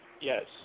yes